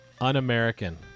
Un-American